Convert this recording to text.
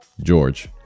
George